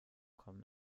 kommen